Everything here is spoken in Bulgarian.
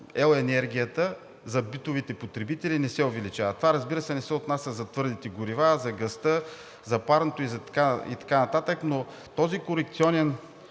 ел. енергията за битовите потребители не се увеличава. Това, разбира се, не се отнася за твърдите горива, за газта, за парното и така нататък. Но този корекционен